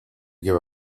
give